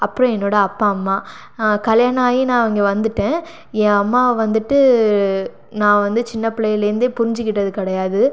அப்புறோம் என்னோடய அப்பா அம்மா கல்யாணம் ஆகி நான் இங்கே வந்துவிட்டேன் என் அம்மாவை வந்துட்டு நான் வந்து சின்ன பிள்ளையிலேருந்தே புரிஞ்சுக்கிட்டது கிடையாது